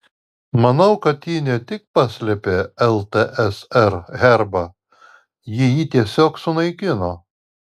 manau kad ji ne tik paslėpė ltsr herbą ji jį tiesiog sunaikino